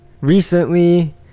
recently